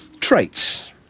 traits